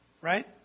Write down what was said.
Right